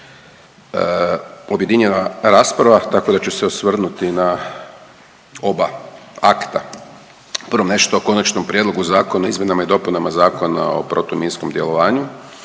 Objedinjena rasprava tako da ću se osvrnuti na oba akta. Prvo nešto o Konačnom prijedlogu zakona o izmjenama i dopunama Zakona o protuminskom djelovanju